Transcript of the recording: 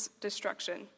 destruction